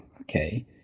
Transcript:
okay